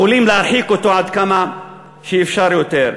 יכולים להרחיק אותו עד כמה שאפשר יותר.